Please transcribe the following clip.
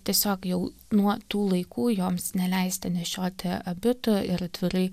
tiesiog jau nuo tų laikų joms neleisti nešioti abitų ir atvirai